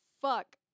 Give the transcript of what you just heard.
fuck